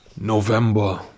November